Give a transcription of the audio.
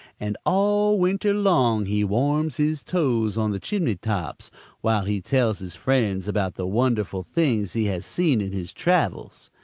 and all winter long he warms his toes on the chimney tops while he tells his friends about the wonderful things he has seen in his travels.